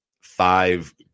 five